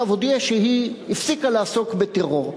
עכשיו הודיעה שהיא הפסיקה לעסוק בטרור,